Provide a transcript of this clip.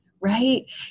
Right